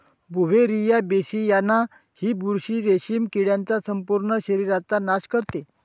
Beauveria बेसियाना ही बुरशी रेशीम किडीच्या संपूर्ण शरीराचा नाश करते